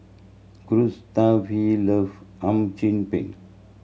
Gustave love Hum Chim Peng